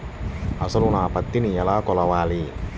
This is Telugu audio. అసలు నా పత్తిని ఎలా కొలవాలి?